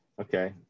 Okay